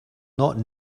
not